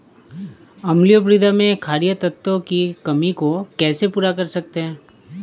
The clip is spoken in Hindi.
अम्लीय मृदा में क्षारीए तत्वों की कमी को कैसे पूरा कर सकते हैं?